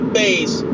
base